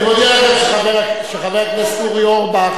אני מודיע לכם שחבר הכנסת אורי אורבך,